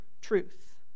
truth